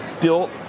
built